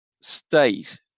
state